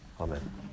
Amen